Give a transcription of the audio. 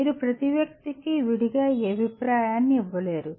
మీరు ప్రతి వ్యక్తికి విడిగా ఈ అభిప్రాయాన్ని ఇవ్వలేరు